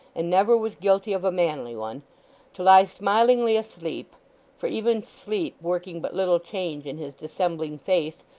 and never was guilty of a manly one to lie smilingly asleep for even sleep, working but little change in his dissembling face,